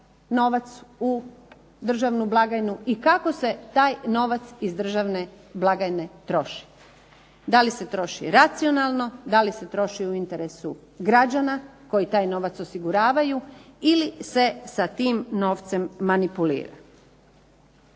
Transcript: novac u državnu blagajnu i kako se taj novac iz državne blagajne troši. Da li se troši racionalno? Da li se troši u interesu građana koji taj novac osiguravaju ili se sa tim novcem manipulira.